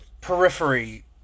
periphery